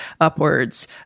upwards